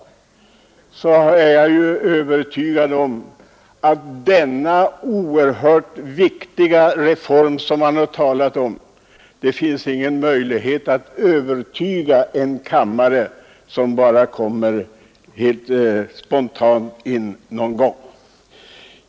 Jag har därför en känsla av att det i fråga om denna — som det har sagts — oerhört viktiga reform inte finns någon möjlighet att övertyga en kammare, vars ledamöter kommer in helt spontant bara någon gång emellanåt.